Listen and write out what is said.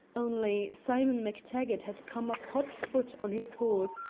only, simon mactaggart had come up hot-foot on his horse,